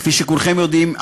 כפי שכולכם יודעים,